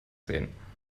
sehen